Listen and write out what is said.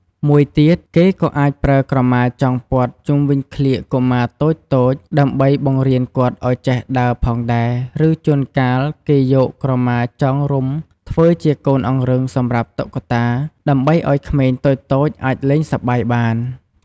មួយទៀត គេក៏អាចប្រើក្រមាចងព័ទ្ធជុំវិញក្លៀកកុមារតូចៗ ដើម្បីបង្រៀនគាត់ឱ្យចេះដើរផងដែរ ឬជួនកាល គេយកក្រមាចងរុំធ្វើជាកូនអង្រឹងសម្រាប់តុក្កតា ដើម្បីឱ្យក្មេងតូចៗអាចលេងសប្បាយបាន។